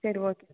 சரி ஓகே